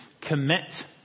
commit